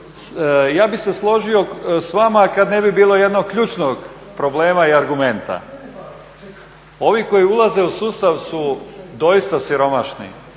ja bih se složio s vama kada ne bi bilo jednog ključnog problema i argumenta. Ovi koji ulaze u sustav su doista siromašni,